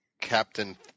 Captain